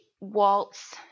waltz